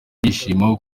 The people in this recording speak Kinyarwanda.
ibyishimo